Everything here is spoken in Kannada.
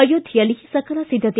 ಅಯೋಧ್ವೆಯಲ್ಲಿ ಸಕಲ ಸಿದ್ದತೆ